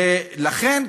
ולכן,